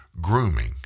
Grooming